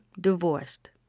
divorced